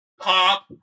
pop